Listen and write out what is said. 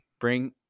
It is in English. bring